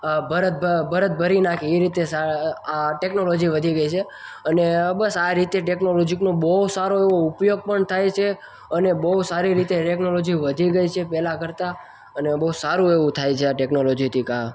ભરત ભરત ભરી નાખે એ રીતે આ ટેકનોલોજી વધી ગઈ છે અને બસ આ રીતે ટેકનોલોજીનો બહુ સારો એવો ઉપયોગ પણ થાય છે અને બહુ સારી રીતે ટેકનોલોજી વધી ગઈ છે પહેલાં કરતાં અને બહુ સારું એવું થાય છે આ ટેકનોલોજીથી કા